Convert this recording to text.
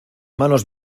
manos